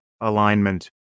alignment